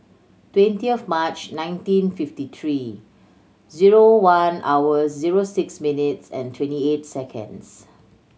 twenty of March nineteen fifty three zero one hours zero six minutes and twenty eight seconds